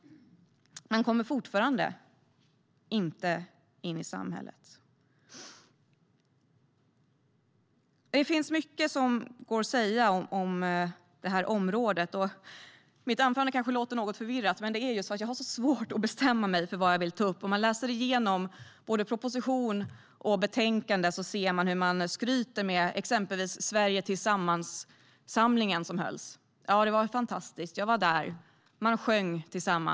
Man kommer fortfarande inte in i samhället. Det finns mycket att säga om det här området. Mitt anförande kanske låter något förvirrat, men det är just därför att jag har så svårt att bestämma mig för vad jag vill ta upp. Om vi läser igenom både proposition och betänkande ser vi hur man skryter med exempelvis samlingen Sverige tillsammans som hölls. Det var ju fantastiskt. Jag var där. Man sjöng tillsammans.